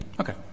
Okay